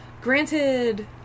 Granted